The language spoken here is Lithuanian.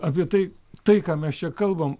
apie tai tai ką mes čia kalbame